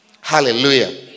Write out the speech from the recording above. Hallelujah